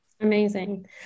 Amazing